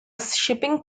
shipping